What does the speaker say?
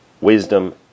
Wisdom